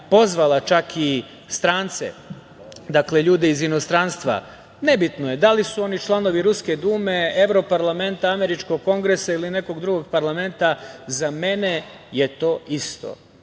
pozvala čak i strance, dakle, ljude iz inostranstva, nebitno je da li su oni članovi Ruske Dume, Evroparlamenta, američkog Kongresa ili nekog drugog parlamenta, za mene je to isto,